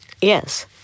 Yes